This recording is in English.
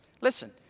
Listen